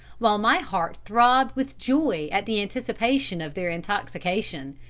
while my heart throbbed with joy at the anticipation of their intoxication.